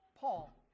Paul